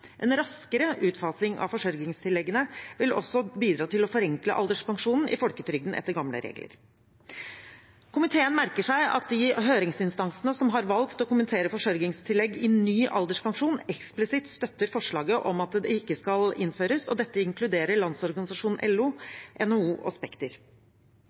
En raskere utfasing av forsørgingstilleggene vil også bidra til å forenkle alderspensjonen i folketrygden etter gamle regler. Komiteen merker seg at de høringsinstansene som har valgt å kommentere forsørgingstillegg i ny alderspensjon, eksplisitt støtter forslaget om at det ikke skal innføres – og dette inkluderer Landsorganisasjonen – LO – NHO og Spekter.